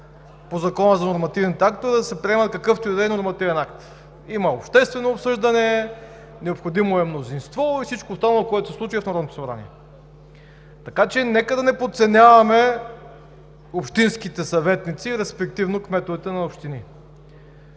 по Закона за нормативните актове да се приеме какъвто и да е нормативен акт – има обществено обсъждане, необходимо е мнозинство и всичко останало, което се случва и в Народното събрание. Така че нека да не подценяваме общинските съветници, респективно кметовете на общини.